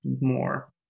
more